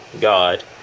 God